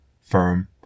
firm